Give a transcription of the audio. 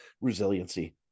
resiliency